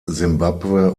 simbabwe